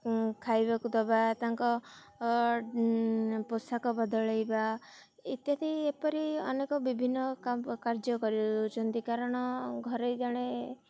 ଖାଇବାକୁ ଦେବା ତାଙ୍କ ପୋଷାକ ବଦଳାଇବା ଇତ୍ୟାଦି ଏପରି ଅନେକ ବିଭିନ୍ନ କାର୍ଯ୍ୟ କରିଦେଉଛନ୍ତି କାରଣ ଘରେ ଜଣେ